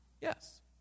Yes